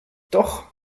doch